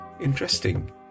Interesting